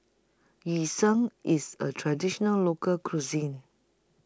Yu Sheng IS A Traditional Local Cuisine